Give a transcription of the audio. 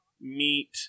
meat